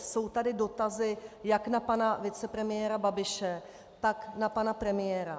Jsou tady dotazy jak na pana vicepremiéra Babiše, tak na pana premiéra.